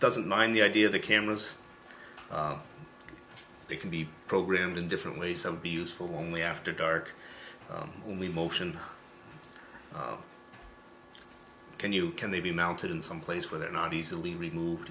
doesn't mind the idea of the cameras they can be programmed in different ways and be useful only after dark when we motion can you can they be mounted in some place where they're not easily removed